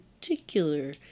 particular